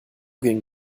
ging